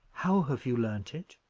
how have you learnt it?